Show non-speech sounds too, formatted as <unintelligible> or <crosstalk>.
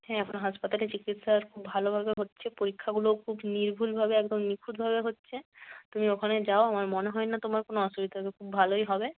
হ্যাঁ এখন হাসপাতালে চিকিৎসার খুব ভালোভাবে হচ্ছে পরীক্ষাগুলোও খুব নির্ভুলভাবে একদম নিখুঁতভাবে হচ্ছে তুমি ওখানে যাও আমার মনে হয় না তোমার কোনো অসুবিধা <unintelligible> খুব ভালোই হবে